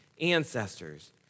ancestors